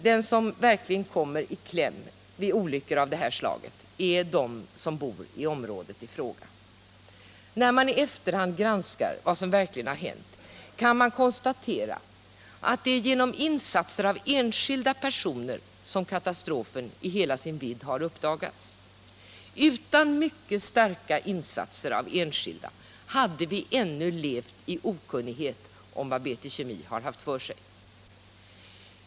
De som verkligen kommer i kläm vid olyckor av detta slag är de 53 som bor i området. När man i efterhand granskar vad som verkligen har hänt, kan man konstatera att det är genom insatser av enskilda personer som katastrofen i hela sin vidd har uppdagats. Utan mycket starka insatser av enskilda hade vi ännu levt i okunnighet om vad BT Kemi har haft för sig.